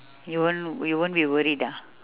you won't you won't be worried ah